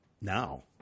now